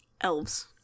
Elves